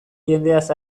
jendeaz